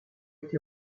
été